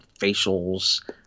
facials